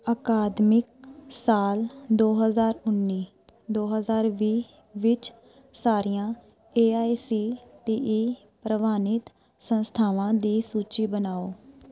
ਅਕਾਦਮਿਕ ਸਾਲ ਦੋ ਹਜ਼ਾਰ ਉੱਨੀ ਦੋ ਹਜ਼ਾਰ ਵੀਹ ਵਿੱਚ ਸਾਰੀਆਂ A I C T E ਪ੍ਰਵਾਨਿਤ ਸੰਸਥਾਵਾਂ ਦੀ ਸੂਚੀ ਬਣਾਓ